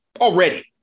already